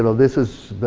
and this is